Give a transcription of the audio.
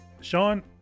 Sean